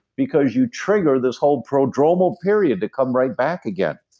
because you trigger this whole prodromal period to come right back again.